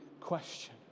question